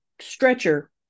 stretcher